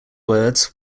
words